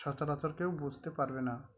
সচরাচর কেউ বুঝতে পারবে না